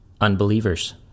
unbelievers